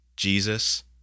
Jesus